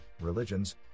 religions